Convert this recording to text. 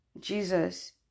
Jesus